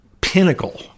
pinnacle